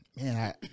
man